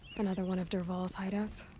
another one of dervahl's hideouts?